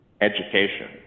education